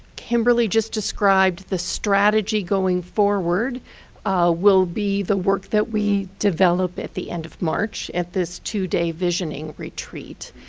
kimberly just described, the strategy going forward will be the work that we develop at the end of march, at this two-day visioning retreat.